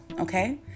okay